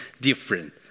different